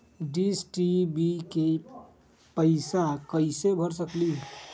Dish TV के पैईसा कईसे भर सकली?